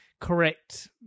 correct